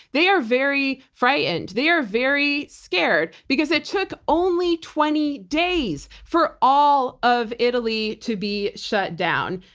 they are very frightened. they are very scared because it took only twenty days for all of italy to be shut down.